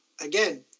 again